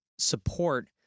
support